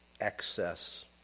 excess